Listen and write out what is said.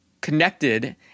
connected